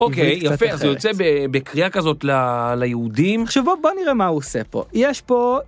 אוקיי, יפה, אז זה יוצא בקריאה כזאת ליהודים? חשבו, בואו נראה מה הוא עושה פה. יש פה...